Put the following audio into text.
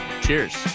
Cheers